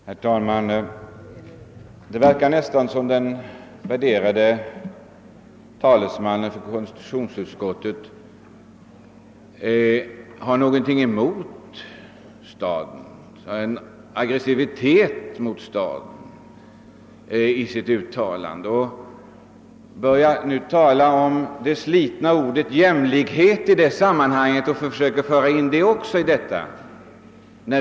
Herr talman! Det verkar nästan som om den värderade talesmannen för konstitutionsutskottet hade något emot staden; det fanns en aggressivitet mot staden i hans uttalande. Han försökte också föra in det slitna ordet jämlikhet även i detta sammanhang.